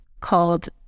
called